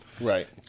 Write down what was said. Right